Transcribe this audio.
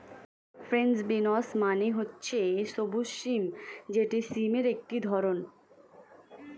French beans মানে হচ্ছে সবুজ সিম যেটি সিমের একটি ধরণ